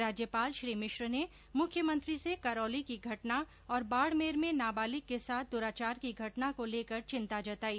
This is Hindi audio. राज्यपाल श्री मिश्र ने मुख्यमंत्री से करौली की घटना और बॉडमेर में नाबालिग के साथ दूराचार की घटना को लेकर चिंता जताई